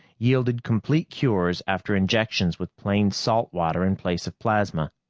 yielded complete cures after injections with plain salt water in place of plasma.